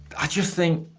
i just think,